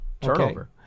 turnover